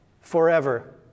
Forever